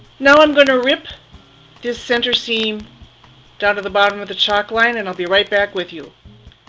now i'm going to rip this center seam down to the bottom of the chalk line and i'll be right back with you.